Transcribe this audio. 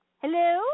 Hello